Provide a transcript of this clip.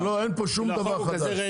אין פה שום דבר חדש.